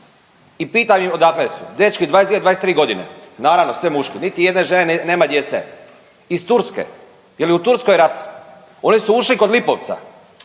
i pitam ih odakle su, dečki 22, 23 godine. Naravno, sve muški, niti jedne žene, nema djece. Iz Turske. Je li u Turskoj rat? Oni su ušli kod Lipovca.